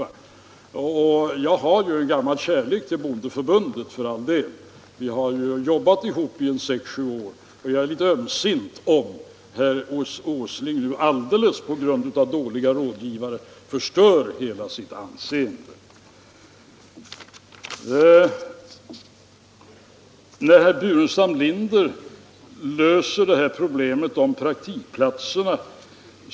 Jag har för all del en gammal kärlek till bondeförbundet — vi har ju jobbat ihop sex eller sju år — och jag ömmar litet för herr Åsling om han nu genom dåliga rådgivare förstör hela sitt anseende. Herr Burenstam Linder menade sig ha en lösning på problemet om praktikplatserna.